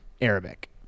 Arabic